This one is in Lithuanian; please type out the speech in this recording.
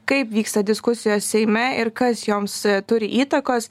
kaip vyksta diskusijos seime ir kas joms turi įtakos